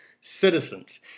citizens